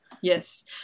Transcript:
yes